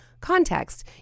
Context